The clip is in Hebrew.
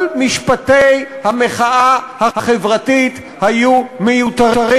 כל משפטי המחאה החברתית היו מיותרים,